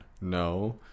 No